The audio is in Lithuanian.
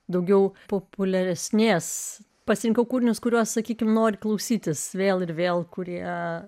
daugiau populiaresnės pasirinkau kūrinius kuriuos sakykime nori klausytis vėl ir vėl kurie